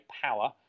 power